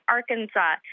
Arkansas